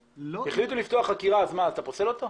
החליטו לפתוח חקירה אז אתה פוסל אותו?